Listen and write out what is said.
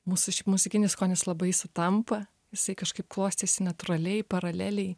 mūsų šiaip muzikinis skonis labai sutampa jisai kažkaip klostėsi natūraliai paraleliai